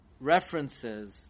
references